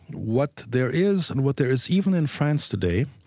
what there is and what there is even in france today,